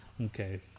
Okay